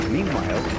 Meanwhile